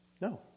No